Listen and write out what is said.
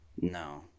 no